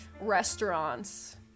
restaurants